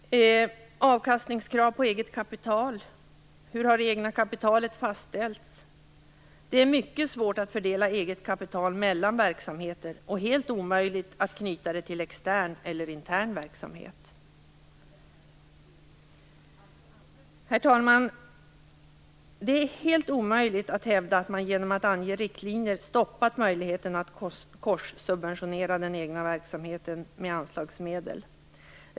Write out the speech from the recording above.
Avkastningskrav på eget kapital talar statsrådet om. Hur har det egna kapitalet fastställts? Det är mycket svårt att fördela eget kapital mellan verksamheter och helt omöjligt att knyta det till extern eller intern verksamhet. Herr talman! Det är helt omöjligt att hävda att man genom att ange riktlinjer stoppat möjligheten att korssubventionera den egna verksamheten med anslagsmedel.